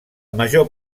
major